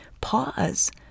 pause